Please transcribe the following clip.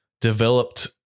developed